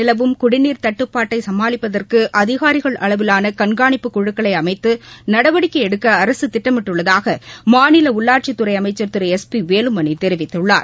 நிலவும் குடிநீர் தட்டுபாட்டை சமாளிப்பதற்னு அதிகாரிகள் அளவிலான தமிழகத்தில் கண்காணிப்பு குழுக்களை அமைத்து நடவடிக்கை எடுக்க அரசு திட்டமிட்டுள்ளதாக மாநில உள்ளாட்சித்துறை அமைச்சர் திரு எஸ் பி வேலுமணி தெரிவித்துள்ளார்